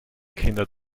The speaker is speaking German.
kinder